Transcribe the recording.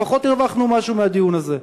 לפחות הרווחנו משהו מהדיון הזה.